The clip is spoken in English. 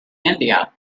india